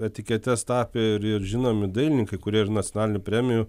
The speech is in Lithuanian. etiketes tapė ir ir žinomi dailininkai kurie ir nacionalinių premijų